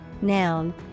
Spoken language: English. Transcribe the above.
noun